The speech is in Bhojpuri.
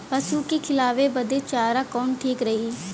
पशु के खिलावे बदे चारा कवन ठीक रही?